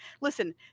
Listen